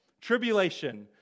tribulation